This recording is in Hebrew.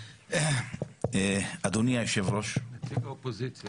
אדוני היושב-ראש, נציג האופוזיציה